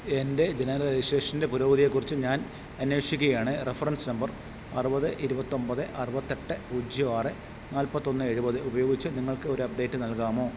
എൻ്റെ ജനന രജിസ്ട്രേഷൻ്റെ പുരോഗതിയെക്കുറിച്ച് ഞാൻ അന്വേഷിക്കുകയാണ് റഫറൻസ് നമ്പർ അറുപത് ഇരുപത്തിയൊൻപത് അറുപത്തിയെട്ട് പൂജ്യം ആറ് നാൽപത്തിയൊന്ന് എഴുപത് ഉപയോഗിച്ച് നിങ്ങൾക്കൊരു അപ്ഡേറ്റ് നൽകാമോ